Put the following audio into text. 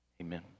Amen